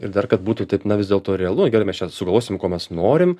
ir dar kad būtų taip na vis dėlto realu gerai mes čia sugalvosim ko mes norim